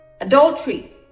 adultery